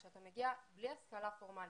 כשאתה מגיע בלי השכלה פורמלית,